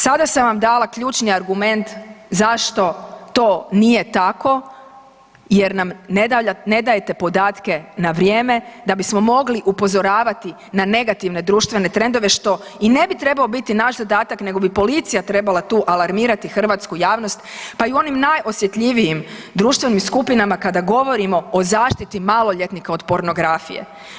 Sada sam vam dala ključni argument zašto to nije tako jer nam ne dajete podatke na vrijeme da bismo mogli upozoravati na negativne društvene trendove što i ne bi trebao biti naš zadatak nego bi policija trebala tu alarmirati hrvatsku javnost, pa i u onim najosjetljivijim društvenim skupinama kada govorimo o zaštiti maloljetnika od pornografije.